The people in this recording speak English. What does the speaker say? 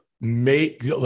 make